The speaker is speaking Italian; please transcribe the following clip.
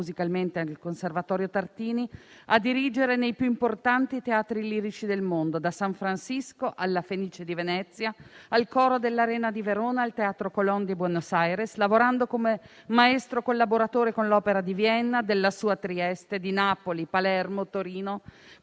musicalmente al conservatorio Tartini, a dirigere nei più importanti teatri lirici del mondo, da San Francisco alla Fenice di Venezia, al coro dell'Arena di Verona e al teatro Colón di Buenos Aires, lavorando come maestro collaboratore con l'opera di Vienna, della sua Trieste, di Napoli, Palermo, Torino,